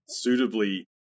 suitably